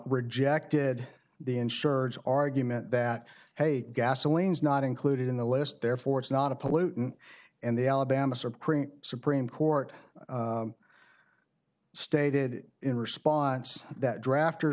rejected the insureds argument that hey gasoline is not included in the list therefore it's not a pollutant and the alabama supreme supreme court stated in response that drafter